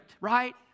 right